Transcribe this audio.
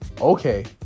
okay